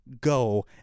go